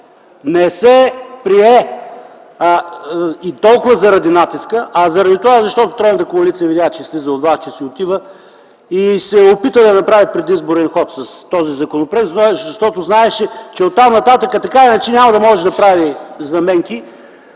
не се прие толкова заради натиска, а заради това, защото тройната коалиция видя, че слиза от влака, че си отива и се опита да направи предизборен ход с този законопроект. Знаеше, че оттам нататък, така или иначе, нямаше да може да направи заменки